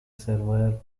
server